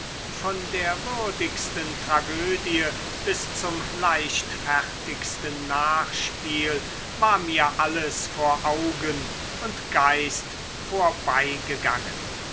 von der würdigsten tragödie bis zum leichtfertigsten nachspiel war mir alles vor augen und geist vorbeigegangen